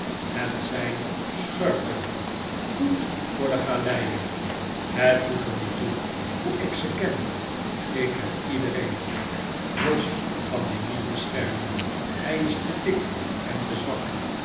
het zijn schurken goed voor de galeien het doet er niet toe hoe ik ze ken ik ken iedereen jos kan je niet beschermen hij is te dik en te zwak